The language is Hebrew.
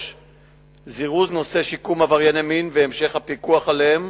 3. זירוז נושא שיקום עברייני מין והמשך הפיקוח עליהם